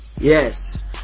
yes